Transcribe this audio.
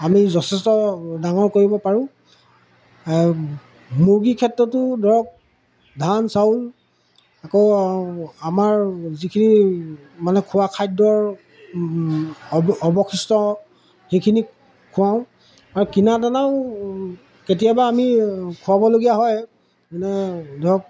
আমি যথেষ্ট ডাঙৰ কৰিব পাৰোঁ মুৰ্গীৰ ক্ষেত্ৰতো ধৰক ধান চাউল আকৌ আমাৰ যিখিনি মানে খোৱা খাদ্যৰ অৱ অৱশিষ্ট সেইখিনি খুৱাওঁ আৰু কিনা দানাও কেতিয়াবা আমি খুৱাবলগীয়া হয় যেনে ধৰক